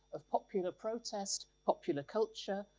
of popular protest, popular culture,